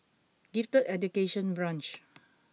Gifted Education Branch